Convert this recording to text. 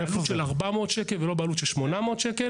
בעלות של 400 שקל ולא בעלות של 800 שקל.